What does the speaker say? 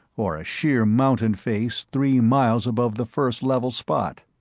or a sheer mountain face three miles above the first level spot.